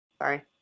Sorry